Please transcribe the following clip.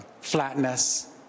flatness